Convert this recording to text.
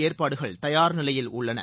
ஏற்பாடுகள் தயார் நிலையில் உள்ளன